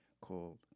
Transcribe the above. called